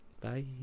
Bye